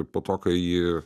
po to kai jį